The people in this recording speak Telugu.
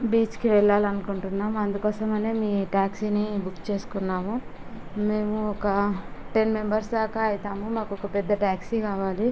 బీచ్కి వెళ్ళాలి అనుకుంటున్నాము అందుకోసమనే మీ టాక్సీని బుక్ చేసుకున్నాము మేము ఒక టెన్ మెంబెర్స్ దాకా అవుతాము మాకు ఒక పెద్ద టాక్సీ కావాలి